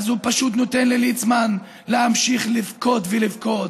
אז הוא פשוט נותן לליצמן להמשיך לבכות ולבכות.